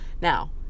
Now